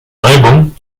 album